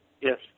Yes